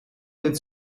del